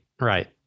right